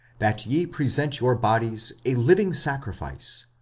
that ye present your bodies a living sacrifice,